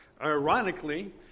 Ironically